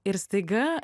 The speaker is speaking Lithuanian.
ir staiga